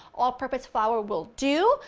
all purpose flour will do.